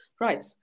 Right